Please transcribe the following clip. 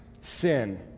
sin